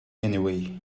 anyway